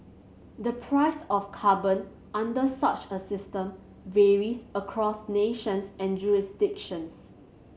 the price of carbon under such a system varies across nations and jurisdictions